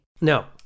No